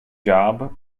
job